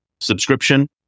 subscription